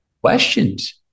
questions